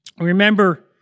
Remember